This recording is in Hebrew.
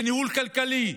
זה ניהול כלכלי.